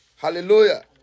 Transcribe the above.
Hallelujah